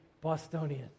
Bostonian